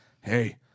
Hey